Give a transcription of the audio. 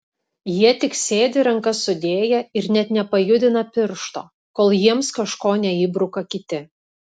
jie tik sėdi rankas sudėję ir net nepajudina piršto kol jiems kažko neįbruka kiti